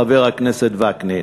חבר הכנסת וקנין,